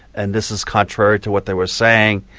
and this is contrary to what they were saying,